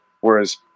Whereas